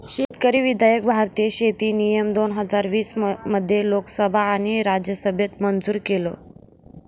शेतकरी विधायक भारतीय शेती नियम दोन हजार वीस मध्ये लोकसभा आणि राज्यसभेत मंजूर केलं